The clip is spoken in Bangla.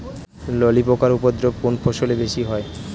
ললি পোকার উপদ্রব কোন ফসলে বেশি হয়?